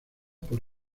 por